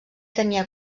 tenia